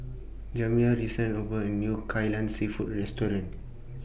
Jamiya recently opened A New Kai Lan Seafood Restaurant